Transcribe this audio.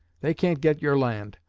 they can't get your land.